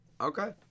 Okay